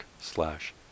slash